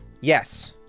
Yes